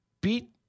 beat